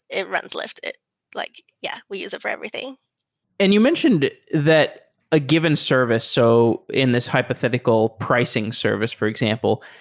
it runs lyft. like yeah. we use it for everything and you mentioned that a given service so in this hypothetical pricing service, for example,